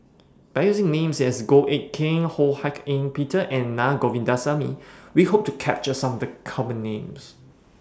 By using Names such as Goh Eck Kheng Ho Hak Ean Peter and Naa Govindasamy We Hope to capture Some of The Common Names